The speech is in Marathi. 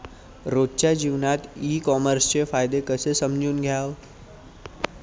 रोजच्या जीवनात ई कामर्सचे फायदे कसे समजून घ्याव?